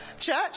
Church